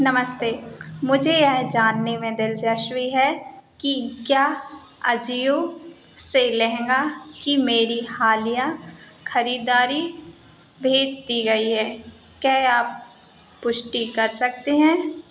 नमस्ते मुझे यह जानने में दिलचस्पी है कि क्या आजियो से लेहँगा की मेरी हालिया खरीदारी भेज दी गई है क्या आप पुष्टि कर सकते हैं